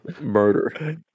murder